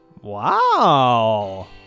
Wow